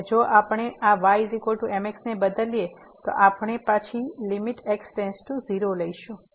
અને જો આપણે આ y mx ને બદલીએ તો આપણે પછી લીમીટ x → 0 લઈશું